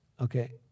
Okay